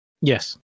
Yes